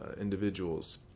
individuals